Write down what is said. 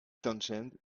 townshend